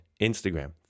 Instagram